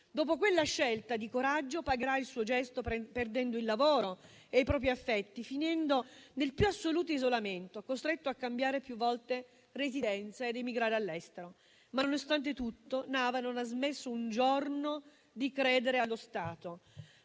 dopo quella scelta di coraggio, pagherà il suo gesto perdendo il lavoro e i propri affetti, finendo nel più assoluto isolamento, costretto a cambiare più volte residenza ed emigrare all'estero. Ma nonostante tutto, Nava non ha smesso un giorno di credere allo Stato,